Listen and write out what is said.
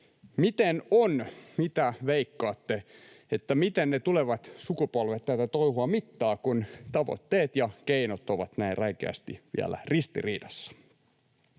Miten on, mitä veikkaatte, miten ne tulevat sukupolvet tätä touhua mittaavat, kun tavoitteet ja keinot ovat näin räikeästi vielä ristiriidassa?